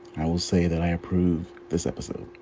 i will say that i approve this episode.